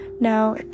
Now